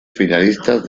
finalistas